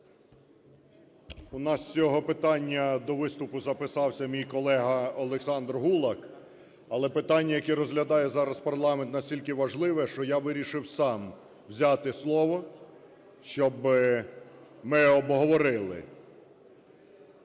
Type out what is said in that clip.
У нас з цього питання до виступу записався мій колега Олександр Гулак. Але питання, яке розглядає зараз парламент, настільки важливе, що я вирішив сам взяти слово, щоб ми обговорили.